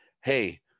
hey